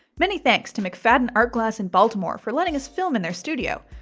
many thanks to mcfadden art glass in baltimore for letting us film in their studio.